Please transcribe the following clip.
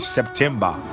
September